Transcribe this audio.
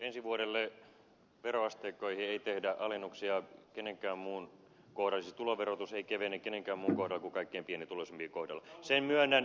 ensi vuodelle veroasteikkoihin ei tehdä alennuksia kenenkään muun kohdalle kuin pienituloisimpien siis tuloverotus ei kevene kenenkään muun kohdalla kuin kaikkein pienituloisimpien kohdalla